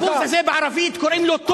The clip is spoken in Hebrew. אתה הפסקת אותי באמצע בניגוד לכל תקנון.